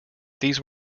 these